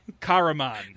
Karaman